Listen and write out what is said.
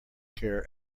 care